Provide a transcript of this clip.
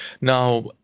now